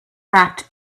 wrapped